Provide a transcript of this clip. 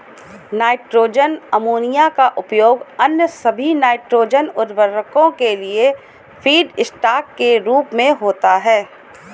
nitrogen ammonia का उपयोग अन्य सभी नाइट्रोजन उवर्रको के लिए फीडस्टॉक के रूप में होता है